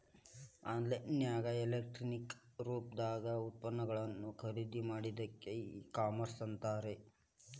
on line ನ್ಯಾಗ electronic ರೂಪ್ದಾಗ್ ಉತ್ಪನ್ನಗಳನ್ನ ಖರಿದಿಮಾಡೊದಕ್ಕ ಇ ಕಾಮರ್ಸ್ ಅಂತಾರ